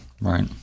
right